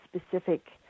specific